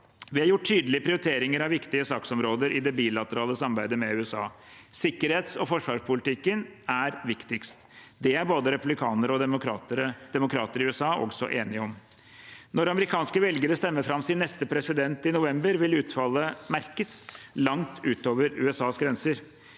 Vi har gjort tydelige prioriteringer av viktige saksområder i det bilaterale samarbeidet med USA. Sikkerhets- og forsvarspolitikken er viktigst. Det er både republikanere og demokrater i USA også enige om. Når amerikanske velgere stemmer fram sin neste president i november, vil utfallet merkes langt utover USAs grenser.